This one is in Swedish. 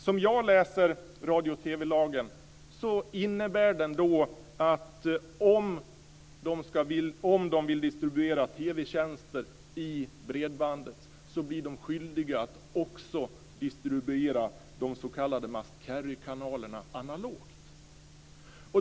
Som jag läser radio och TV-lagen innebär den att man, om man vill distribuera TV-tjänster i bredbandet, blir skyldig att också distribuera de s.k. must carry-kanalerna analogt.